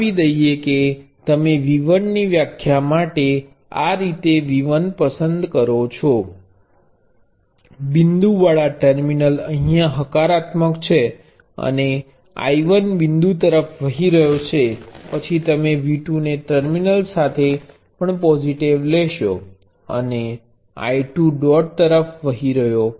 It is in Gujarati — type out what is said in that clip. જણાવી દઈએ કે તમે V1 ની વ્યાખ્યા માટે આ રીતે V1 પસંદ કરો છો બિંદુવાળા ટર્મિનલ અહીયા હકારાત્મક છે અને I1 બિંદુ તરફ વહી રહ્યો છું પછી તમે V2 ને આ ટર્મિનલ સાથે પણ પોઝિટિવ લેશો અને I2 ડોટ તરફ વહી રહ્યો છે